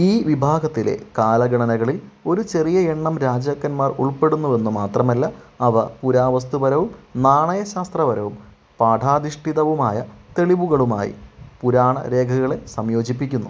ഈ വിഭാഗത്തിലെ കാലഗണനകളിൽ ഒരു ചെറിയ എണ്ണം രാജാക്കന്മാർ ഉൾപ്പെടുന്നുവെന്നു മാത്രമല്ല അവ പുരാവസ്തുപരവും നാണയശാസ്ത്രപരവും പാഠാധിഷ്ഠിതവുമായ തെളിവുകളുമായി പുരാണ രേഖകളെ സംയോജിപ്പിക്കുന്നു